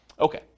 Okay